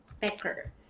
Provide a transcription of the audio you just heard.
Becker